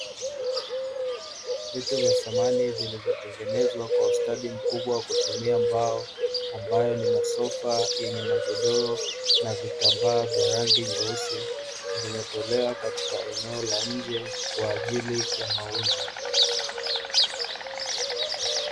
Vitu vya samani vilivyotengenezwa kwa ustadi mkubwa wa kutumia mbao. Ambayo ni masofa yenye magodoro na vitambaa vya rangi nyeusi vimetolewa katika eneo la nje kwa ajili ya mauzo.